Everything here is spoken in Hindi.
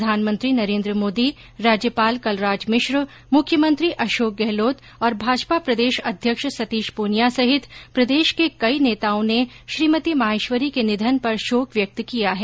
प्रधानमंत्री नरेन्द्र मोदी राज्यपाल कलराज मिश्र मुख्यमंत्री अशोक गहलोत और भाजपा प्रदेश अध्यक्ष सतीश पूनिया सहित प्रदेश के कई नेताओं ने श्रीमती माहेश्वरी के निधन पर शोक व्यक्त किया है